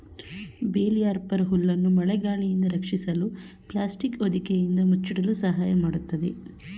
bale wrapper ಹುಲ್ಲನ್ನು ಮಳೆ ಗಾಳಿಯಿಂದ ರಕ್ಷಿಸಲು ಪ್ಲಾಸ್ಟಿಕ್ ಹೊದಿಕೆಯಿಂದ ಮುಚ್ಚಿಡಲು ಸಹಾಯ ಮಾಡತ್ತದೆ